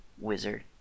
wizard